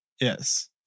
Yes